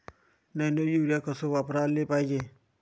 Nano urea कस वापराले पायजे?